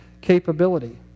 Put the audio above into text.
capability